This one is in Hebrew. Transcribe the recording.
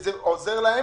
זה עוזר להם